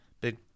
big